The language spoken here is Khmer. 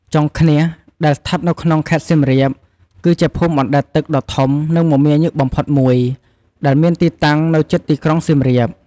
ចុងឃ្នាស ដែលស្ថិតនៅក្នុង ខេត្តសៀមរាប គឺជាភូមិបណ្ដែតទឹកដ៏ធំ និងមមាញឹកបំផុតមួយ ដែលមានទីតាំងនៅជិតទីក្រុងសៀមរាប។